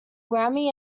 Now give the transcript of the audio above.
grammy